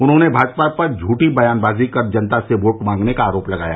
उन्होंने भाजपा पर झूठी बयानबाजी कर जनता से वोट मांगने का आरोप लगाया